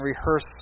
rehearse